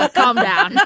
ah calm down